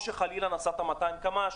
או שחלילה נסעת ב-200 קמ"ש.